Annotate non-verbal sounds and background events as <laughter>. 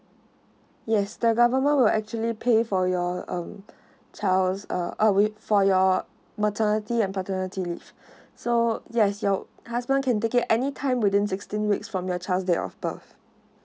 yes the government will actually pay for your um <breath> child a a week for your maternity and paternity leave <breath> so yes your husband can take it any time within sixteen weeks from your child's date of birth